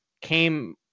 came